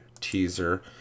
teaser